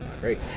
great